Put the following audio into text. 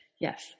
Yes